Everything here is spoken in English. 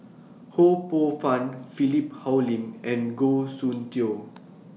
Ho Poh Fun Philip Hoalim and Goh Soon Tioe